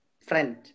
friend